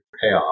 payoff